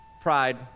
pride